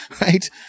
Right